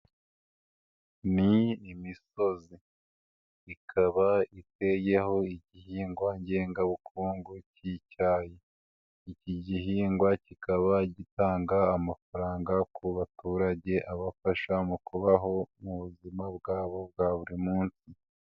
Ni imisozi, ikaba iteyeho igihingwa ngengabukungu cy'icyayi, iki gihingwa kikaba gitanga amafaranga ku baturage, abafasha mu kubaho mu buzima bwabo bwa buri munsi.